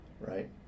right